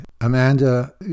Amanda